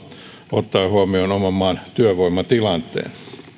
ottaen huomioon oman maan työvoimatilanteen